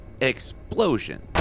explosion